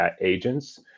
agents